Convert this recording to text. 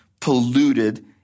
polluted